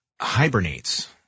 hibernates